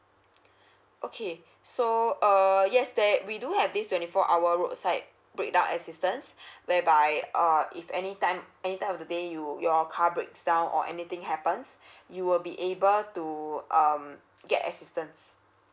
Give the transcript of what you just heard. okay so uh yes that we do have this twenty four hour roadside break down assistance whereby uh if any time any time of the day you your car breaks down or anything happens you will be able to um get assistance